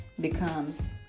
becomes